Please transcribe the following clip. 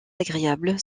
agréable